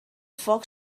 foc